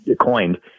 coined